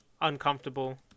Uncomfortable